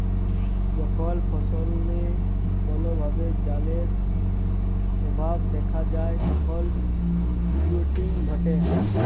যখল ফসলে কল ভাবে জালের অভাব দ্যাখা যায় তখল উইলটিং ঘটে